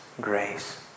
grace